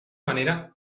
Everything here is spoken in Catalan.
manera